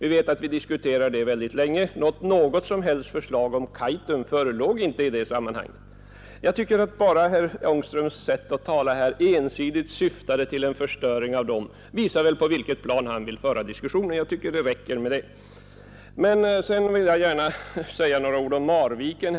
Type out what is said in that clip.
Detta diskuterades som bekant mycket länge. Något som helst förslag om Kaitum förelåg inte i detta sammanhang. Bara herr Ångströms ord om att man ensidigt syftade till en förstöring visar på vilket plan han vill föra debatten. Det räcker med att konstatera detta. Jag vill också säga några ord om Marviken.